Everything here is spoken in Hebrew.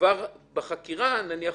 כבר בחקירה אומרים: